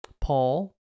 paul